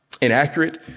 inaccurate